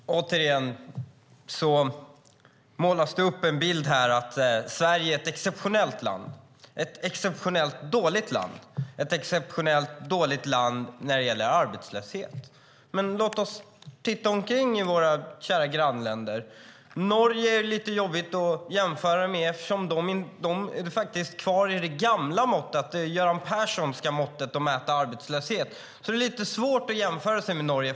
Herr talman! Återigen målas det upp en bild här av att Sverige är ett exceptionellt land - ett exceptionellt dåligt land och ett exceptionellt dåligt land när det gäller arbetslöshet. Men låt oss titta oss omkring i våra kära grannländer. Norge är det lite jobbigt att jämföra med eftersom de är kvar i det gamla Göran Personsska måttet för att mäta arbetslöshet. Det är alltså lite svårt att jämföra sig med Norge.